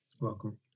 Welcome